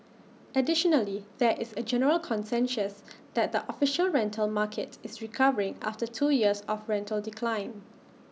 additionally there is A general consensus that the official rental market is recovering after two years of rental decline